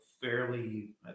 fairly